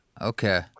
Okay